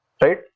right